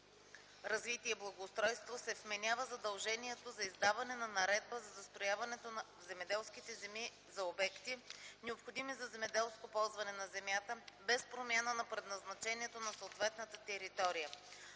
развитие и благоустройството се вменява задължението за издаване на наредба за застрояването в земеделските земи за обекти, необходими за земеделско ползване на земята, без промяна на предназначението на съответната територия.